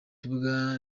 bibuga